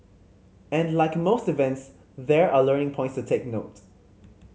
and like most events there are learning points to take note